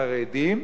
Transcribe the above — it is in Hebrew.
חרדים,